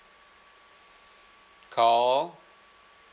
call